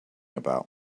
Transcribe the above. about